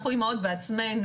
אנחנו אימהות בעצמנו.